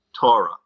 Torah